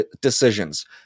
decisions